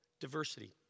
diversity